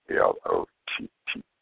L-O-T-T